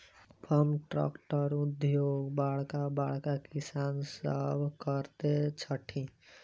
farm ट्रकक उपयोग बड़का बड़का किसान सभ करैत छथि